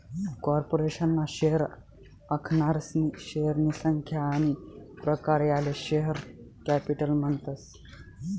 corporation ना share आखनारासनी शेअरनी संख्या आनी प्रकार याले शेअर कॅपिटल म्हणतस